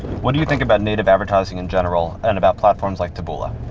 what do you think about native advertising in general and about platforms like taboola?